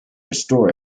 restore